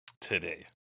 Today